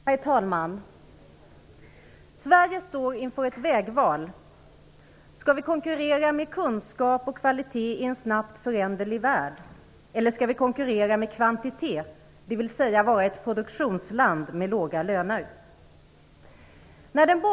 Herr talman! Sverige står inför ett vägval. Skall vi konkurrera med kunskap och kvalitet i en snabbt föränderlig värld, eller skall vi konkurrera med kvantitet, dvs. vara ett produktionsland med låga löner?